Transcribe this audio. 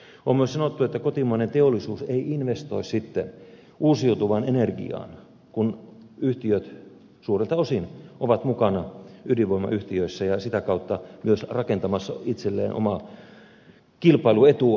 on myös sanottu että kotimainen teollisuus ei investoi sitten uusiutuvaan energiaan kun yhtiöt suurelta osin ovat mukana ydinvoimayhtiöissä ja sitä kautta myös rakentamassa itselleen omaa kilpailuetua